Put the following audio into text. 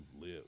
live